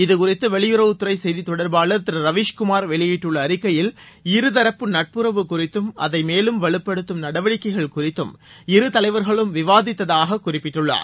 இதுகுறித்து வெளியுறவுத்துறை செய்தி தொடர்பாளர் திரு ரவிஷ்குமார் வெளியிட்டுள்ள அறிக்கையில் இருதரப்பு நட்புறவு குறித்தும் அதை மேலும் வலுப்படுத்தும் நடவடிக்கைகள் குறித்தும் இருதலைவர்களும் விவாதித்தாக குறிப்பிட்டுள்ளார்